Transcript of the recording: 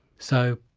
so,